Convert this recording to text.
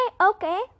okay